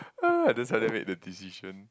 uh that's why I made the decision